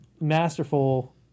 masterful